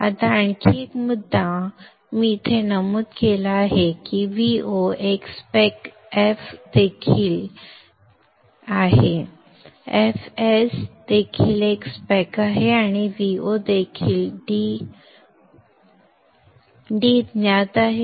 आता आणखी एक मुद्दा इथे मी नमूद केला आहे की Vo एक spec f देखील एक spec f आहे f s देखील एक spec आहे आणि Vo देखील d ज्ञात आहे